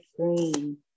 green